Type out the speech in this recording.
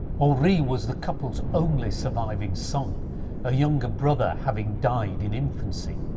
henri was the couple's only surviving son a younger brother having died in infancy.